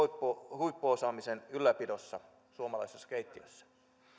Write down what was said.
huippuosaamisen ylläpidossa suomalaisessa keittiössä